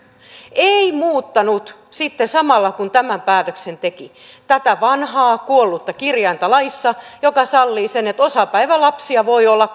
ei muuttanut sitten samalla kun tämän päätöksen teki tätä vanhaa kuollutta kirjainta laissa joka sallii sen että osapäivälapsia voi olla